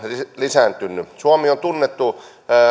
lisääntynyt suomi on tunnettu